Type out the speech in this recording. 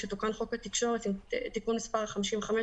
כשתוקן חוק התקשורת עם תיקון מספר 55,